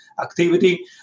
activity